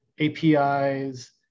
APIs